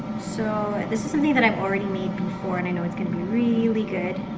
so this is something that i've already made before and i know it's gonna be really good.